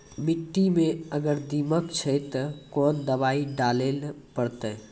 मिट्टी मे अगर दीमक छै ते कोंन दवाई डाले ले परतय?